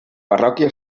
parròquia